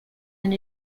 and